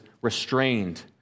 restrained